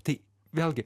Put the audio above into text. tai vėlgi